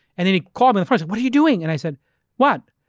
and he called me, what are you doing? and i said what?